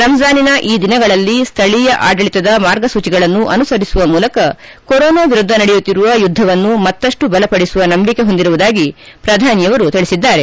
ರಂಜಾನಿನ ಈ ದಿನಗಳಲ್ಲಿ ಸ್ಥಳೀಯ ಆಡಳಿತದ ಮಾರ್ಗಸೂಚಿಗಳನ್ನು ಅನುಸರಿಸುವ ಮೂಲಕ ಕೊರೋನಾ ವಿರುದ್ಧ ನಡೆಯುತ್ತಿರುವ ಯುದ್ಧವನ್ನು ಮತ್ತಷ್ಟು ಬಲಪಡಿಸುವ ನಂಬಿಕೆ ಹೊಂದಿರುವುದಾಗಿ ಪ್ರಧಾನಿಯವರು ತಿಳಿಸಿದ್ದಾರೆ